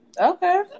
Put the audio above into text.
Okay